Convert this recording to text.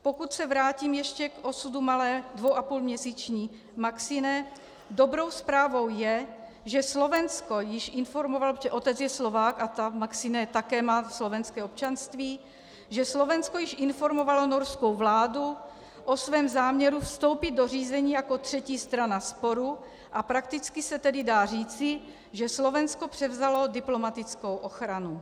Pokud se vrátím ještě k osudu malé, dvouapůlměsíční Maxine, dobrou zprávou je, že Slovensko již informovalo, protože otec je Slovák a Maxine má také slovenské občanství, že Slovensko již informovalo norskou vládu o svém záměru vstoupit do řízení jako třetí strana sporu, a prakticky se tedy dá říci, že Slovensko převzalo diplomatickou ochranu.